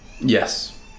Yes